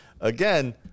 Again